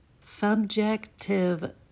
subjective